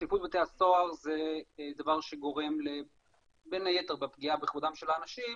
צפיפות בבתי הסוהר זה דבר שגורם בין היתר לפגיעה בכבודם של האנשים,